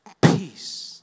peace